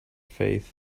faith